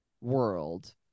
world